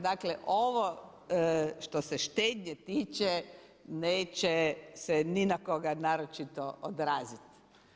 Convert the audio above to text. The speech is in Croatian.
Dakle, ovo što se štednje tiče neće se ni na koga naročito odrazit.